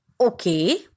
Okay